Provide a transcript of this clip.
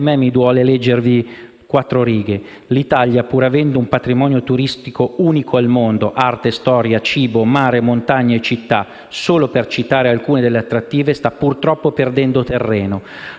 A me duole leggervi quattro righe: «L'Italia, pur avendo un patrimonio turistico unico al mondo (arte, storia, cibo, mare, montagna e città, solo per citare alcune delle attrattive), sta purtroppo perdendo terreno: